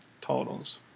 totals